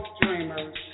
dreamers